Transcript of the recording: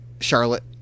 Charlotte